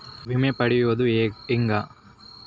ವಿಮೆ ಪಡಿಯೋದ ಹೆಂಗ್?